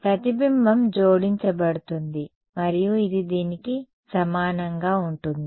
ప్రతిబింబం జోడించబడుతుంది మరియు ఇది దీనికి సమానంగా ఉంటుంది